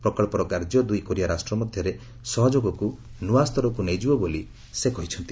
ପ୍ରକଚ୍ଚର କାର୍ଯ୍ୟ ଦୁଇ କୋରିଆ ରାଷ୍ଟ୍ର ମଧ୍ୟରେ ସହଯୋଗକୁ ନୂଆ ସ୍ତରକୁ ନେଇଯିବ ବୋଲି ସେ କହିଛନ୍ତି